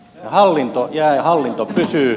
hallinto jää ja hallinto pysyy